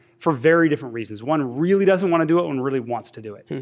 for very different reasons, one really doesn't want to do it, one really wants to do it.